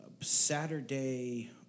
Saturday